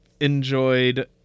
enjoyed